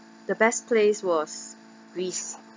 the best place was greece